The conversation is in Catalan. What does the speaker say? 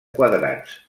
quadrats